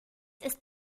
ist